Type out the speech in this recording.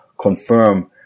confirm